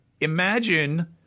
imagine